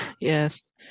Yes